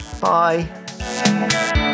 bye